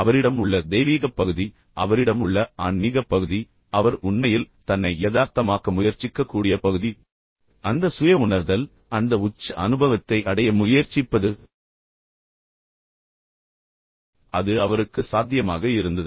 அவரிடம் உள்ள தெய்வீகப் பகுதி அவரிடம் உள்ள ஆன்மீகப் பகுதி அவர் உண்மையில் தன்னை யதார்த்தமாக்க முயற்சிக்கக்கூடிய பகுதி அந்த சுய உணர்தல் அந்த உச்ச அனுபவத்தை அடைய முயற்சிப்பது அது அவருக்கு சாத்தியமாக இருந்தது